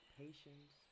patience